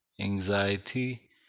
anxiety